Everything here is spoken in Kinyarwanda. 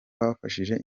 bafashije